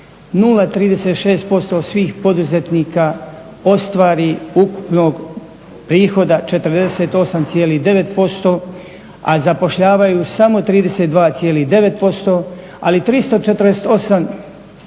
0,36% svih poduzetnika ostvari ukupnog prihoda 48,9% a zapošljavaju samo 32,9% ali 348